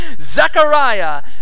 Zechariah